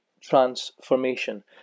transformation